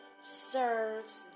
Serves